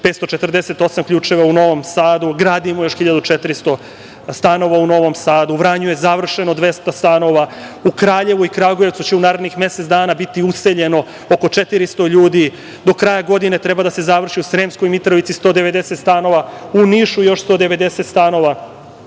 548 ključeva u Novom Sadu. Gradimo još 1.400 stanova u Novom Sadu. U Vranju je završeno 200 stanova. U Kraljevu i Kragujevcu će u narednih mesec dana biti useljeno oko 400 ljudi. Do kraja godine treba da se završi u Sremskoj Mitrovici 190 stanova, u Nišu još 190 stanova.